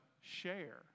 share